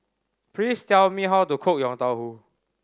please tell me how to cook Yong Tau Foo